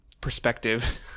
perspective